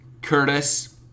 Curtis